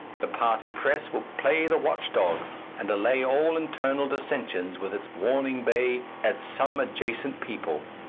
the party press will play the watch-dog and allay all internal dissensions with its warning bay at some adjacent people,